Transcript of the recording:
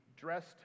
dressed